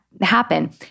happen